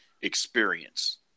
experience